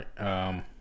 right